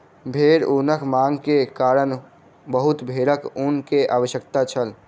भेड़ ऊनक मांग के कारण बहुत भेड़क ऊन के आवश्यकता छल